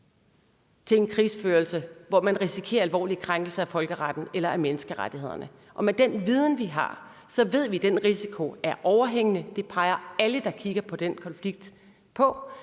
til en krigsførelse, hvor man risikerer alvorlige krænkelser af folkeretten eller af menneskerettighederne. Og med den viden, vi har, ved vi, at den risiko er overhængende. Det peger alle på, der kigger på den konflikt.